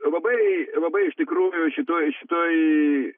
labai labai iš tikrųjų šitoj šitoj